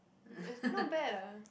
mm it's not bad ah